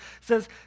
says